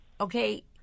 Okay